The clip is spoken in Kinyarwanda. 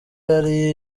yari